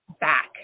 back